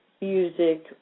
music